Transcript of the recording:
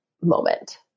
moment